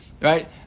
right